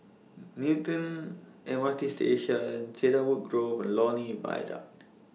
Newton M R T Station Cedarwood Grove Lornie Viaduct